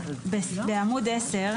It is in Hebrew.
הזה.